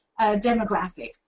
demographic